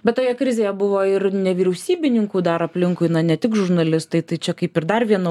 bet toje krizėje buvo ir nevyriausybininkų dar aplinkui ne tik žurnalistai tai čia kaip ir dar viena